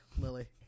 Lily